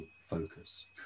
focus